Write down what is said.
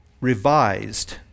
revised